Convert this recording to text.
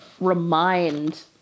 remind